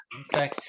okay